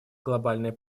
глобальные